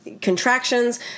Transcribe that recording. contractions